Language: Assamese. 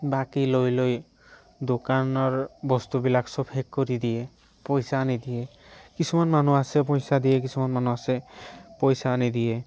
বাকী লৈ লৈ দোকানৰ বস্তুবিলাক চব শেষ কৰি দিয়ে পইচা নিদিয়ে কিছুমান মানুহ আছে পইচা দিয়ে কিছুমান মানুহ আছে পইচা নিদিয়ে